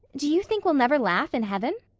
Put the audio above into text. do you think we'll never laugh in heaven?